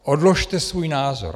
Odložte svůj názor.